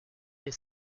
est